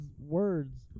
words